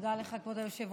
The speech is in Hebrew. תודה לך, כבוד היושב-ראש.